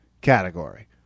category